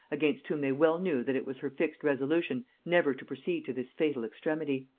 against whom they well knew that it was her fixed resolution never to proceed to this fatal extremity.